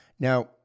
Now